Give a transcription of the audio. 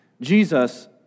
Jesus